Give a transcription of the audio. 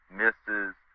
misses